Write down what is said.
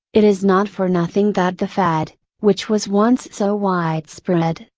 it is not for nothing that the fad, which was once so widespread,